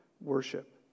worship